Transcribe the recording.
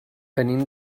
venim